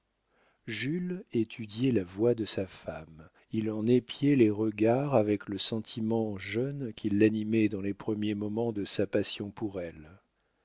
jules étudiait la voix de sa femme il en épiait les regards avec le sentiment jeune qui l'animait dans les premiers moments de sa passion pour elle